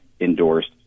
endorsed